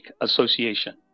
association